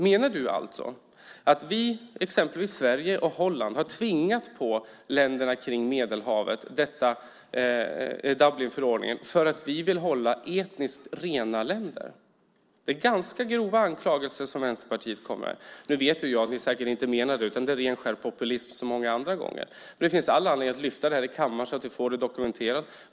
Menar du alltså att det är vi i exempelvis Sverige och Holland som har tvingat på länderna kring Medelhavet Dublinförordningen för att vi vill hålla etniskt rena länder? Det är ganska grova anklagelser som Vänsterpartiet kommer med. Nu vet jag ju att ni säkert inte menar detta, utan det är ren och skär populism som så många andra gånger. Men det finns all anledning att ta upp det här i kammaren så att vi får det dokumenterat.